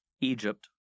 Egypt